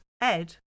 Ed